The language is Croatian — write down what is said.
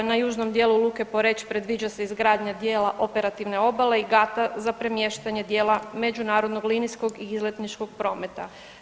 Na južnom djelu luke Poreč predviđa se izgradnja djela operativne obale i gata za premještanje djela međunarodnog linijskog i izletničkog prometa.